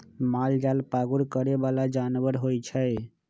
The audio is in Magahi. मालजाल पागुर करे बला जानवर होइ छइ